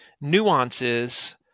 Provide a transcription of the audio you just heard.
nuances